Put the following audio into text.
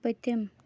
پٔتِم